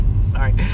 Sorry